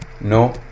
no